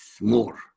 more